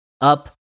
up